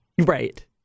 Right